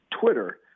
Twitter